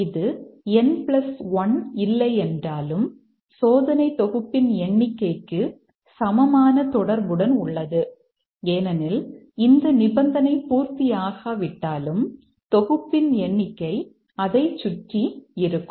இது n 1 இல்லையென்றாலும் சோதனை தொகுப்பின் எண்ணிக்கைக்கு சமமான தொடர்புடன் உள்ளது ஏனெனில் இந்த நிபந்தனை பூர்த்தியாக விட்டாலும் தொகுப்பின் எண்ணிக்கை அதைச் சுற்றி இருக்கும்